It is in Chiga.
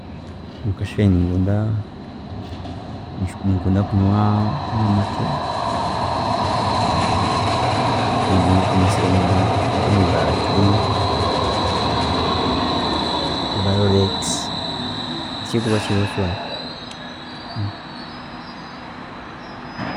﻿Omukasheeshe ninkunda, kunywa kunywa amate then nikunda kunywesizaho maybe nk'omugaati, rolex, ekirikuba kiriho kyoona.